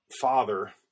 father